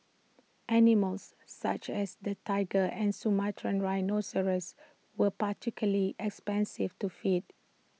animals such as the Tiger and Sumatran rhinoceros were particularly expensive to feed